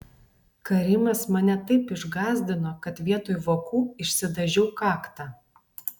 karimas mane taip išgąsdino kad vietoj vokų išsidažiau kaktą